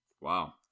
Wow